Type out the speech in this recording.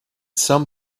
some